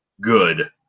good